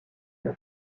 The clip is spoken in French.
unis